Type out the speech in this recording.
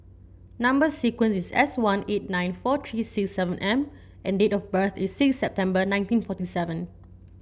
number sequence is S one eight nine four three six seven M and date of birth is six September nineteen forty seven